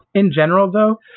in general though,